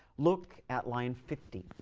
look at line fifty.